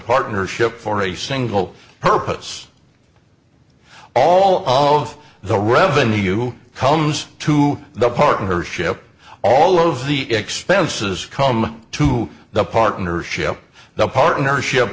partnership for a single purpose all of the revenue comes to the partnership all of the expenses come to the partnership the partnership